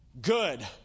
Good